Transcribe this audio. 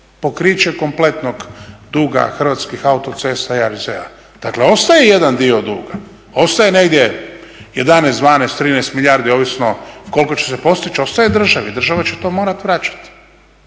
pokriće kompletnog duga Hrvatskih autocesta i …/Govornik se ne razumije./… Dakle, ostaje jedan dio duga, ostaje negdje 11, 12, 13 milijardi ovisno koliko će se postići, ostaje državi. Država će to morati vraćati.